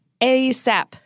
ASAP